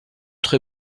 très